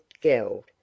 Geld